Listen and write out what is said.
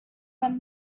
when